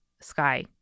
sky